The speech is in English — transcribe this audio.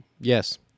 Yes